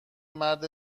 مرد